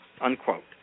unquote